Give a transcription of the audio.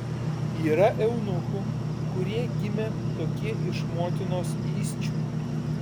yra eunuchų kurie gimė tokie iš motinos įsčių